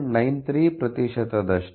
93 ಪ್ರತಿಶತದಷ್ಟು10